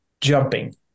jumping